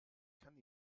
kann